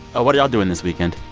what are y'all doing this weekend?